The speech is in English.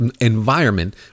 environment